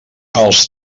els